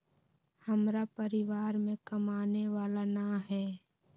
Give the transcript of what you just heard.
हमरा परिवार में कमाने वाला ना है?